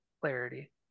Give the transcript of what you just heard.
clarity